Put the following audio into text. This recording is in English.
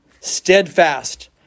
steadfast